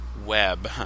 web